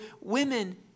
women